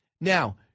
Now